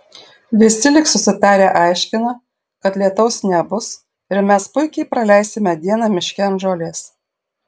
visi lyg susitarę aiškina kad lietaus nebus ir mes puikiai praleisime dieną miške ant žolės